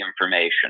information